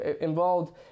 involved